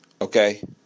Okay